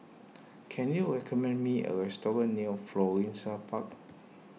can you recommend me a restaurant near Florissa Park